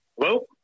Hello